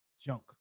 junk